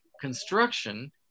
construction